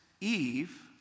Eve